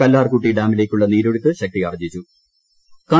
കല്ലാർകുട്ടി ഡാമിലേക്കുള്ള നീരൊഴുക്ക് ശക്തിയാർജ്ജിച്ചു